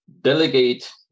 delegate